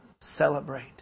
celebrate